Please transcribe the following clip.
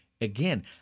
again